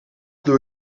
doe